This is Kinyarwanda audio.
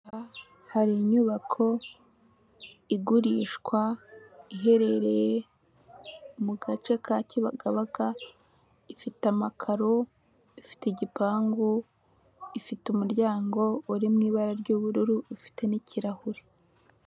Aha hari inyubako igurishwa, iherereye mu gace ka Kibagabaga, ifite amakaro, ifite igipangu, ifite umuryango uri mu ibara ry'uburu ufite n'ikirahuri.